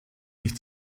nicht